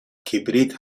کبریت